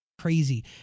crazy